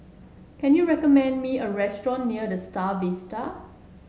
can you recommend me a restaurant near The Star Vista